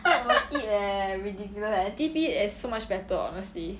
that was it leh ridiculous leh T_P is so much better honestly